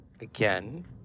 again